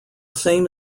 same